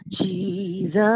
Jesus